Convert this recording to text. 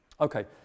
Okay